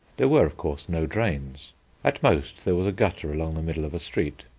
there were, of course, no drains at most there was a gutter along the middle of a street,